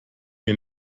mir